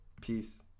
Peace